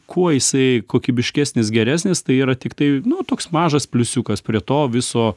kuo jisai kokybiškesnis geresnis tai yra tiktai nu toks mažas pliusiukas prie to viso